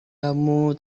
kamu